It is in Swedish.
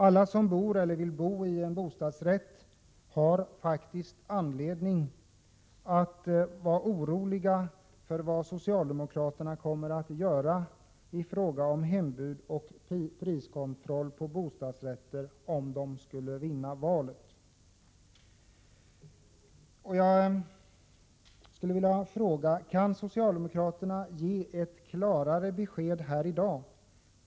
Alla som bor eller vill bo i en bostadsrätt har faktiskt anledning att vara oroliga för vad socialdemokraterna kommer att göra i fråga om hembud och priskontroll på bostadsrätter om de skulle vinna valet. Jag skulle vilja fråga: Kan socialdemokraterna ge ett klarare besked här i dag?